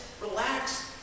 relax